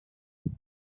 les